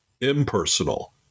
impersonal